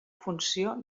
funció